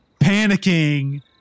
panicking